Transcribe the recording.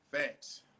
Facts